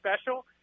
special